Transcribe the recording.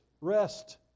rest